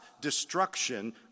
destruction